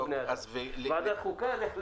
לא בני אדם.